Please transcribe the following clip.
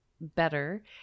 better